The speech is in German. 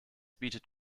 bietet